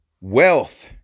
wealth